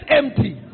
empty